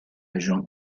agent